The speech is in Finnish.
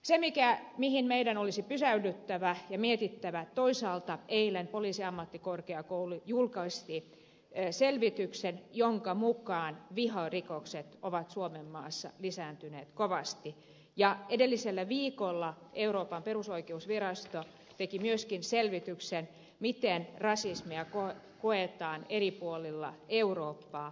se mihin meidän olisi pysähdyttävä ja mitä mietittävä on että toisaalta eilen poliisiammattikorkeakoulu julkaisi selvityksen jonka mukaan viharikokset ovat suomenmaassa lisääntyneet kovasti ja edellisellä viikolla euroopan perusoikeusvirasto teki myöskin selvityksen miten rasismia koetaan eri puolilla eurooppaa